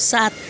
सात